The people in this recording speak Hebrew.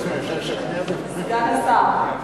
סגן השר,